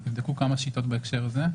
נבדקו כמה שיטות בהקשר הזה,